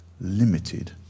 limited